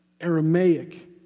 Aramaic